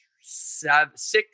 six